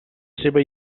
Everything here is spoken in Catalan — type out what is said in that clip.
seva